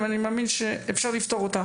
אבל אני מאמין שאפשר לפתור אותה.